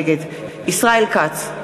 נגד ישראל כץ,